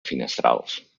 finestrals